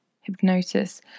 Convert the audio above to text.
hypnosis